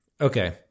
Okay